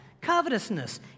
Covetousness